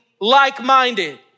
like-minded